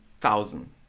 thousand